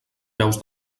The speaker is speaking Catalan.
veus